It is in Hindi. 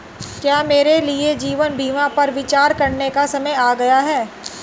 क्या मेरे लिए जीवन बीमा पर विचार करने का समय आ गया है?